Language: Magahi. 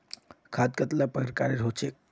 खाद कतेला प्रकारेर होचे?